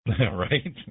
Right